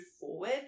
forward